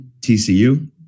TCU